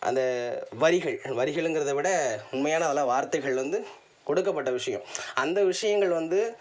அந்த வரிகள் வரிகளுங்கறதை விட உண்மையான நல்ல வார்த்தைகள் வந்து கொடுக்கப்பட்ட விஷயம் அந்த விஷயங்கள் வந்து